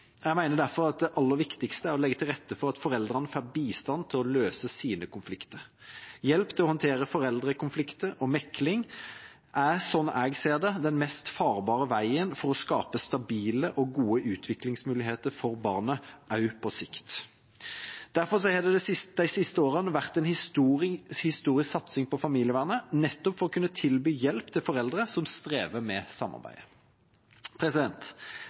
Jeg mener derfor at det aller viktigste er å legge til rette for at foreldrene får bistand til å løse sine konflikter. Hjelp til å håndtere foreldrekonflikter og mekling er, slik jeg ser det, den mest farbare veien for å skape stabile og gode utviklingsmuligheter for barnet også på sikt. Derfor har det de siste årene vært en historisk satsing på familievernet, nettopp for å kunne tilby hjelp til foreldre som strever med samarbeidet.